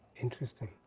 Interesting